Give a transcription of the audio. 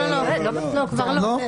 כבר לא.